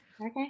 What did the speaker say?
Okay